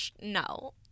No